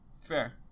Fair